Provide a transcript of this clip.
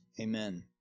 Amen